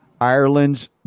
ireland's